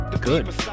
good